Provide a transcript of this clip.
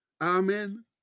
Amen